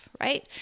right